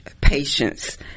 patience